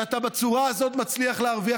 כשאתה בצורה הזאת מצליח להרוויח,